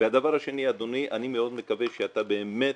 ושנית, אדוני, אני מאוד מקווה שאתה באמת